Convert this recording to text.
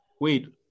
wait